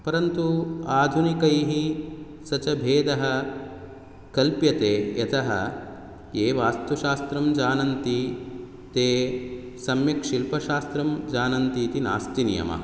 परन्तु आधुनिकैः स च भेदः कल्प्यते यतः ये वास्तुशास्त्रं जानन्ति ते सम्यक् शिल्पशास्त्रं जानन्ति इति नास्ति नियमः